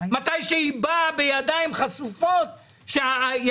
מתי שהיא באה בידיים חשופות כי היא